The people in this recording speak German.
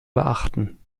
beachten